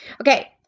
Okay